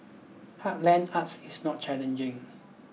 heartland arts is not challenging